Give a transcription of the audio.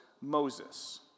Moses